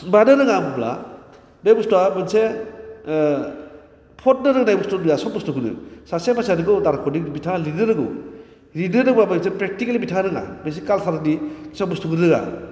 मानो रोङा होमब्ला बे बुसथुवा मोनसे फतनो रोंनाय बुसथु नङा सब बुसथुखौनो सासे मानसिया नंगौ दारस'निक बिथाङा लिरनो रोंगौ लारनो रोंबाबो बिसोरो प्रेकटेकेलि बिथाङा रोङा बिसोर काल्सारनि सब बुसथुखौनो रोङा